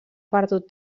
perdut